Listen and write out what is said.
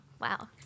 Wow